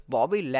Bobby